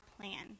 plan